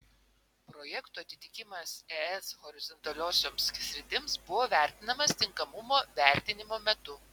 projektų atitikimas es horizontaliosioms sritims buvo vertinamas tinkamumo vertinimo metu